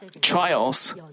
trials